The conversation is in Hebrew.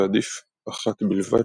ועדיף אחת בלבד,